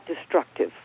destructive